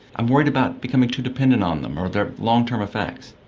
i'm worried about becoming too dependent on them or their long-term effects.